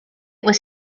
was